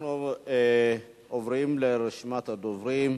אנחנו עוברים לרשימת הדוברים.